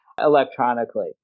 electronically